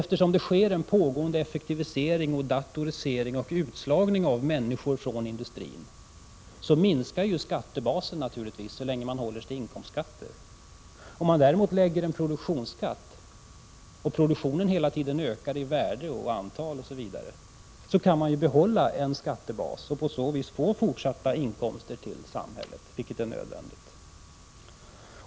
Eftersom det sker en pågående effektivisering, datorisering och utslagning av människor från industrin, minskar naturligtvis skattebasen så länge som man håller sig till inkomstskatter. Om man däremot inför en produktionsskatt och produktionen hela tiden ökar i värde och antal, kan man behålla en skattebas och på så vis få fortsatta inkomster till samhället, vilket är nödvändigt.